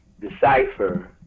decipher